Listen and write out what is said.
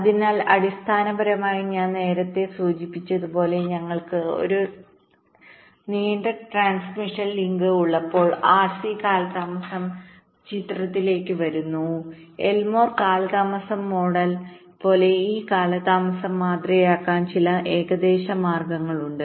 അതിനാൽ അടിസ്ഥാനപരമായി ഞാൻ നേരത്തെ സൂചിപ്പിച്ചതുപോലെ ഞങ്ങൾക്ക് ഒരു നീണ്ട ട്രാൻസ്മിഷൻ ലിങ്ക്ഉള്ളപ്പോൾ ആർസി കാലതാമസം ചിത്രത്തിലേക്ക് വരുന്നു എൽമോർ കാലതാമസം മോഡൽപോലെ ഈ കാലതാമസം മാതൃകയാക്കാൻ ചില ഏകദേശ മാർഗങ്ങളുണ്ട്